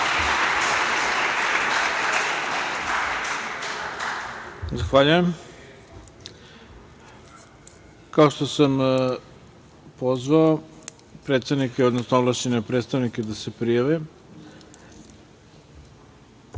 Zahvaljujem. Kao što sam pozvao predsednike, odnosno ovlašćene predstavnike da se prijave,